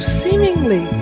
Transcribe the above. seemingly